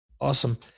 Awesome